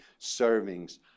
servings